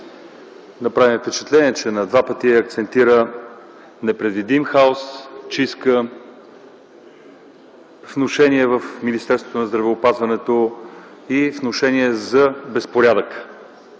Направи ми впечатление, че на два пъти акцентира: „непредвидим хаос”, „чистка”, „внушения в Министерството на здравеопазването” и „внушения за безпорядък”.